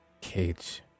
cage